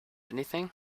anything